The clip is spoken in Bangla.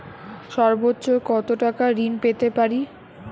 সর্বোচ্চ কত টাকা ঋণ পেতে পারি?